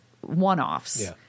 one-offs